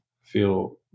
feel